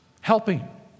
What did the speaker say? helping